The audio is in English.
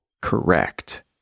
correct